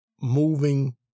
moving